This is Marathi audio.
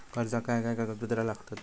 कर्जाक काय काय कागदपत्रा लागतत?